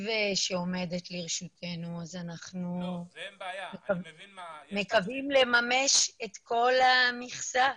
שעומד לרשותנו אז אנחנו מקווים לממש את כל המכסה.